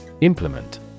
Implement